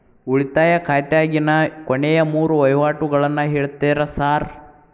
ಉಳಿತಾಯ ಖಾತ್ಯಾಗಿನ ಕೊನೆಯ ಮೂರು ವಹಿವಾಟುಗಳನ್ನ ಹೇಳ್ತೇರ ಸಾರ್?